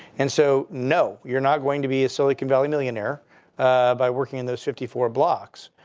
and so, no, you're not going to be a silicon valley millionaire by working in those fifty four blocks.